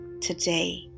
today